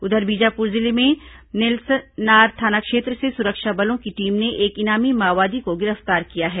उधर बीजापुर जिले में नेलसनार थाना क्षेत्र से सुरक्षा बलों की टीम ने एक इनामी माओवादी को गिरफ्तार किया है